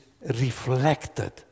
reflected